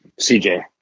CJ